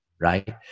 right